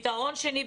פתרון שני,